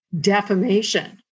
defamation